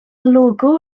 logo